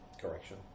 correction